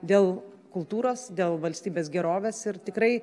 dėl kultūros dėl valstybės gerovės ir tikrai